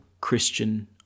Christian